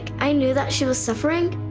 i knew that she was suffering.